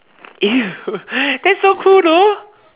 that's so cool though